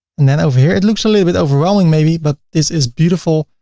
and then over here. it looks a little bit overwhelming maybe but this is beautiful.